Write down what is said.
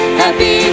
happy